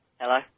Hello